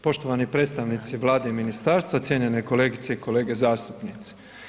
Poštovani predstavnici Vlade i ministarstva, cijenjene kolegice i kolege zastupnici.